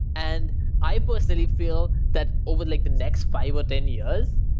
and i personally feel that over like the next five or ten years,